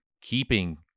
keeping